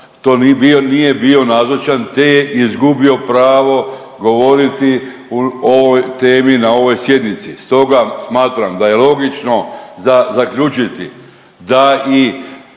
nije bio nazočan, te je izgubio pravo govoriti o ovoj temi na ovoj sjednici. Stoga smatram da je logično za zaključiti da i